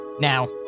Now